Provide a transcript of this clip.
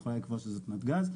היא יכולה לקבוע שזאת נתגז.